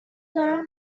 دارم